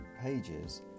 pages